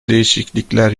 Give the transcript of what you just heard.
değişiklikler